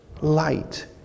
light